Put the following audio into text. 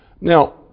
Now